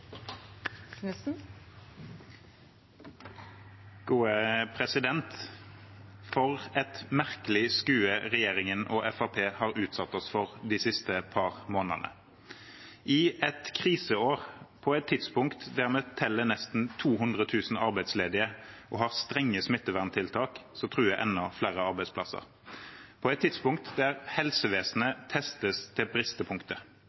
har utsatt oss for de siste par månedene. I et kriseår, på et tidspunkt der vi teller nesten 200 000 arbeidsledige og har strenge smitteverntiltak som truer enda flere arbeidsplasser, på et tidspunkt der helsevesenet testes til bristepunktet,